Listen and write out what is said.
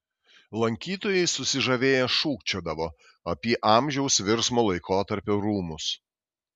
lankytojai susižavėję šūkčiodavo apie amžiaus virsmo laikotarpio rūmus